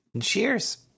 Cheers